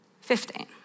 Fifteen